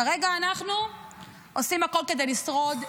כרגע אנחנו עושים הכול כדי לשרוד,